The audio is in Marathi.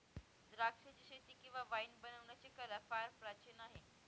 द्राक्षाचीशेती किंवा वाईन बनवण्याची कला फार प्राचीन आहे